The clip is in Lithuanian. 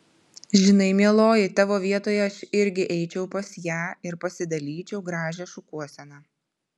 žinai mieloji tavo vietoje aš irgi eičiau pas ją ir pasidalyčiau gražią šukuoseną